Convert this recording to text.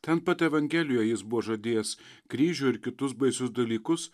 ten pat evangelijoje jis buvo žadėjęs kryžių ir kitus baisius dalykus